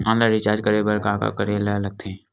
Online recharge करे बर का का करे ल लगथे?